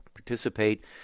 Participate